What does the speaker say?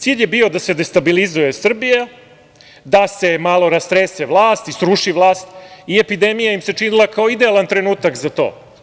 Cilj je bio da se destabilizuje Srbija, da se malo rastrese vlast i sruši vlast i epidemija im se činila kao idealan trenutak za to.